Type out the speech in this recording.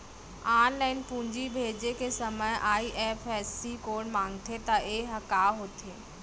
Online पूंजी भेजे के समय आई.एफ.एस.सी कोड माँगथे त ये ह का होथे?